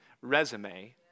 resume